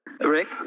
Rick